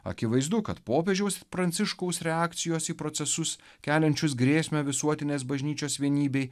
akivaizdu kad popiežiaus pranciškaus reakcijos į procesus keliančius grėsmę visuotinės bažnyčios vienybei